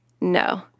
No